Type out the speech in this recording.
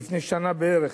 לפני שנה בערך,